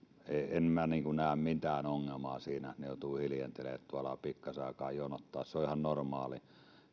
en minä näe mitään ongelmaa siinä että he joutuvat hiljentelemään tuolla ja pikkasen aikaa jonottamaan se on ihan normaalia